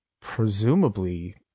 presumably